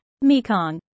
Mekong